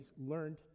learned